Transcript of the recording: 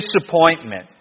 disappointment